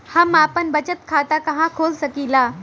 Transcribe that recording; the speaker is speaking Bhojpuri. हम आपन बचत खाता कहा खोल सकीला?